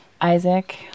Isaac